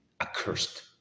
accursed